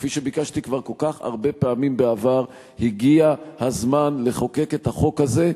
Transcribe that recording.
כפי שביקשתי כבר כל כך הרבה פעמים בעבר: הגיע הזמן לחוקק את החוק הזה.